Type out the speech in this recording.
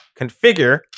configure